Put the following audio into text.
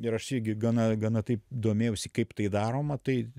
ir aš irgi gana gana taip domėjausi kaip tai daroma tai